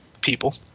people